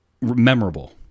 memorable